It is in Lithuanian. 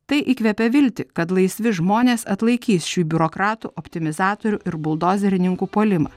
tai įkvepia viltį kad laisvi žmonės atlaikys šį biurokratų optimizacijų ir buldozerininkų puolimą